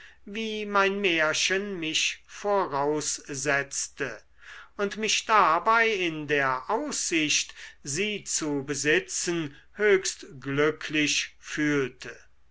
wie mein märchen mich voraussetzte und mich dabei in der aussicht sie zu besitzen höchst glücklich fühlte